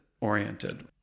oriented